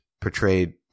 portrayed